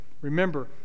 Remember